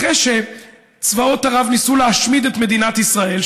אחרי שצבאות ערב ניסו להשמיד את מדינת ישראל,